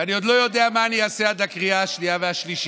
ואני עוד לא יודע מה אני אעשה עד הקריאה השנייה והשלישית.